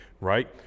right